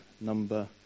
number